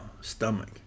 stomach